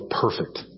perfect